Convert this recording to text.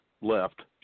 left